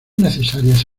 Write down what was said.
necesarias